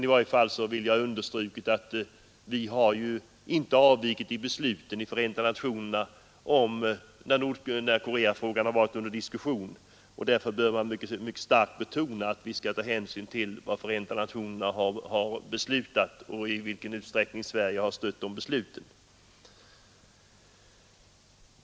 I varje fall vill jag understryka att vi ju inte avvikit från beslutet i Förenta nationerna när Koreafrågan varit under diskussion. Därför bör man mycket starkt betona att vi skall ta hänsyn till vad Förenta nationerna har beslutat och i vilken utsträckning Sverige stött de besluten.